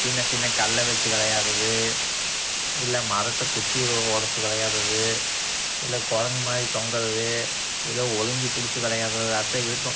சின்ன சின்ன கல்லை வச்சு விளையாட்றது இல்லை மரத்து குச்சியை ஒடைச்சி விளையாட்றது இல்லை குரங்கு மாதிரி தொங்கிறது இல்லை ஒளிஞ்சிப்புடிச்சி விளையாடுறத்தா தான் இருக்கும்